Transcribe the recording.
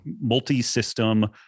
multi-system